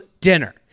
dinner